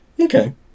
okay